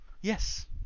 Yes